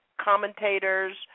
commentators